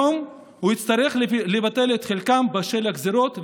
היום הוא יצטרך לבטל את חלקם בשל הגזרות,